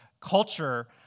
culture